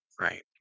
right